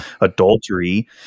adultery